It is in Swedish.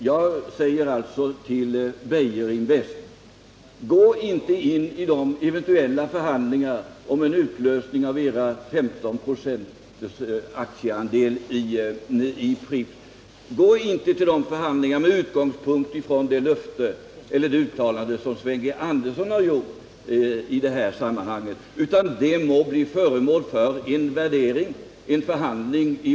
Jag skulle vilja säga till Beijerinvest: Gå inte in i eventuella förhandlingar om en utlösning av er aktieandel på 15 96 i Pripps med utgångspunkt i det uttalande Sven G. Andersson har gjort. Aktierna må värderas i vanlig ordning i en förhandling.